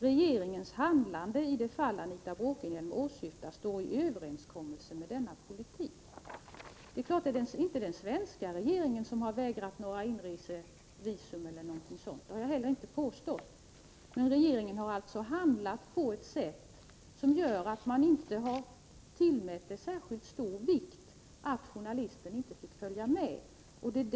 Regeringens handlande i det fall Anita Bråkenhielm åsyftar står i överensstämmelse med denna politik.” Det är klart att det inte är den svenska regeringen som har vägrat inresevisum eller något sådant. Det har jag heller inte påstått. Men regeringen har handlat på ett sätt som visar att man inte har tillmätt det förhållandet särskilt stor vikt att journalisten i fråga inte fick följa med.